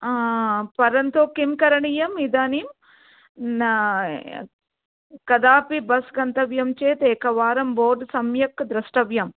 परन्तु किं करणीयं इदानीं कदापि बस् गन्तव्यं चेत् एकवारं बोर्ड् सम्यक् द्रष्टव्यं